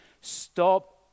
stop